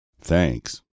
Thanks